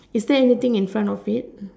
is there anything in front of it